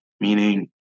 meaning